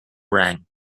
rang